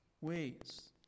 ways